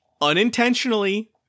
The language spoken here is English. unintentionally